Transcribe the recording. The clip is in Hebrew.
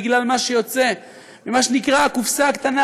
בגלל מה שיוצא ממה שנקרא הקופסה הקטנה,